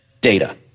data